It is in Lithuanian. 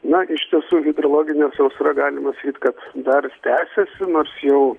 na iš tiesų hidrologinė sausra galima sakyt kad dar tęsiasi nors jau